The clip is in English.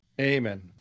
Amen